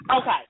Okay